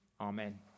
Amen